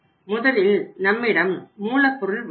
முதலில் நம்மிடம் மூலப்பொருள் உள்ளது